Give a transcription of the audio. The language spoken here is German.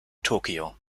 tokio